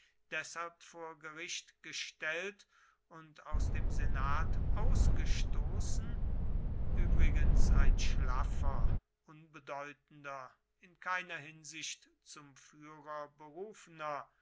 deshalb vor gericht gestellt und aus dem senat ausgestoßen übrigens ein schlaffer unbedeutender in keiner hinsicht zum führer berufener